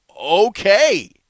Okay